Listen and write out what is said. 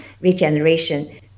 regeneration